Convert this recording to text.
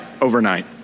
overnight